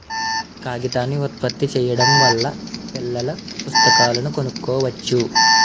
కాగితాన్ని ఉత్పత్తి చేయడం వల్ల పిల్లల పుస్తకాలను కొనుక్కోవచ్చు